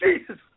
Jesus